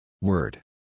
Word